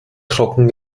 trocken